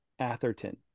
atherton